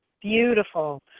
Beautiful